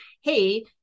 hey